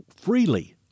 freely